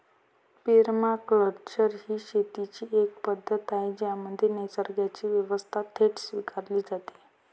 permaculture ही शेतीची एक पद्धत आहे ज्यामध्ये निसर्गाची व्यवस्था थेट स्वीकारली जाते